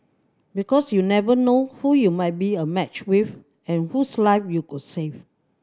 because you never know who you might be a match with and whose life you could save